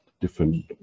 different